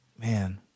man